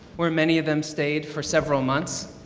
where many of them stayed for several months.